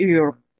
Europe